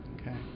Okay